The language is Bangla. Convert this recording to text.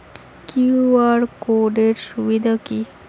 কিউ.আর কোড এর সুবিধা কি?